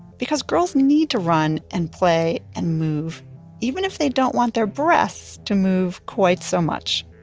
because girls need to run and play and move even if they don't want their breasts to move quite so much